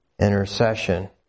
intercession